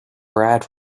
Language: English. brad